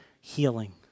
healing